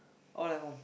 all at home